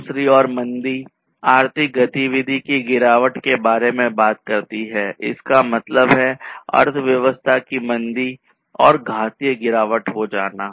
दूसरी ओर मंदी आर्थिक गतिविधि की गिरावट के बारे में बात करती है इसका मतलब है कि अर्थव्यवस्था की मंदी और घातीय गिरावट हो जाना